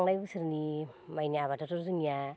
थांनाय बोसोरनि माइनि आबादाथ' जोंनिया